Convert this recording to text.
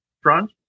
front